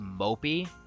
mopey